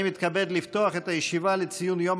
אני מתכבד לפתוח את הישיבה לציון יום